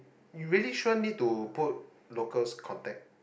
you really sure need to put locals contact